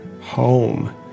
home